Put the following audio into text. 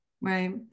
Right